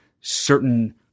certain